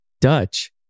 Dutch